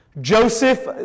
Joseph